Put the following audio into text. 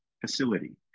facility